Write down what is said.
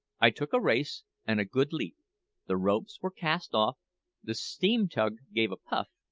i took a race and a good leap the ropes were cast off the steam-tug gave a puff,